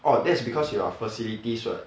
oh that's because you are facilities [what]